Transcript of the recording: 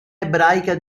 ebraica